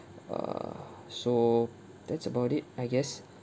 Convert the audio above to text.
err so that's about it I guess